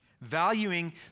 Valuing